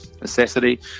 necessity